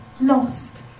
lost